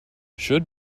should